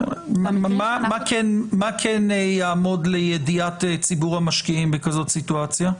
מה כן יעמוד לידיעת ציבור המשקיעים בכזאת סיטואציה?